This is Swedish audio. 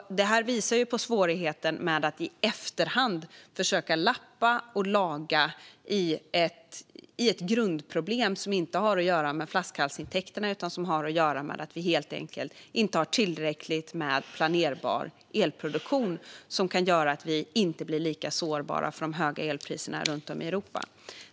Detta visar på svårigheten med att i efterhand försöka lappa och laga i fråga om ett grundproblem som inte har att göra med flaskhalsintäkterna utan som har att göra med att vi helt enkelt inte har tillräckligt med planerbar elproduktion som kan göra att vi inte blir lika sårbara för de höga elpriserna runt om i Europa.